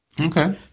Okay